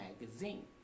magazine